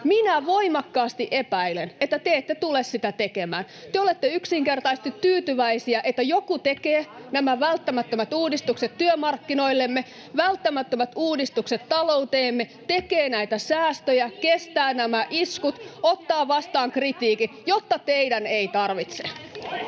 Minä voimakkaasti epäilen, että te ette tule sitä tekemään. [Kokoomuksen ryhmästä: Ei peru!] Te olette yksinkertaisesti tyytyväisiä, että joku tekee nämä välttämättömät uudistukset työmarkkinoillemme, välttämättömät uudistukset talouteemme, tekee näitä säästöjä, kestää nämä iskut, ottaa vastaan kritiikin, jotta teidän ei tarvitse.